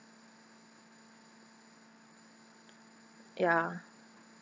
ya